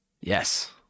Yes